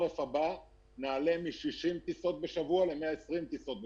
הזה נעלה מ-60 טיסות בשבוע ל-120 טיסות בשבוע.